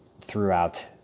throughout